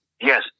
Yes